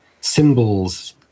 symbols